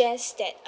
just that